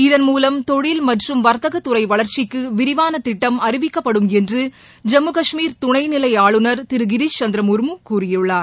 இதன் மூலம் தொழில் மற்றும் வர்த்தகத்துறை வளர்ச்சிக்கு விரிவான திட்டம் அறிவிக்கப்படும் என்று ஜம்மு கஷ்மீர் துணை நிலை ஆளுநர் திரு கிரிஸ் சந்திர முர்மு கூறியுள்ளார்